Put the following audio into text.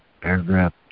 Paragraph